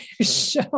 show